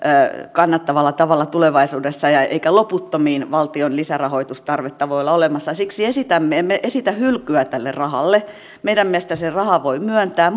kannattavalla tavalla tulevaisuudessa eikä loputtomiin valtion lisärahoitustarvetta voi olla olemassa siksi emme esitä hylkyä tälle rahalle meidän mielestämme sen rahan voi myöntää